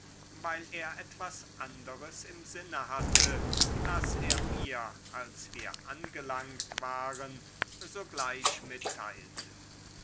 weil er etwas anderes im sinne hatte das er mir als wir angelangt waren sogleich mitteilte